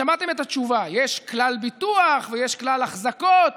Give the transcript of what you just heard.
שמעתם את התשובה: יש כלל ביטוח ויש כלל אחזקות.